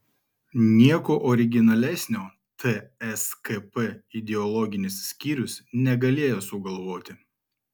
nieko originalesnio tskp ideologinis skyrius negalėjo sugalvoti